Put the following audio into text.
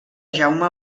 jaume